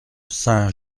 saint